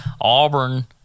Auburn